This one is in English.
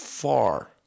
Far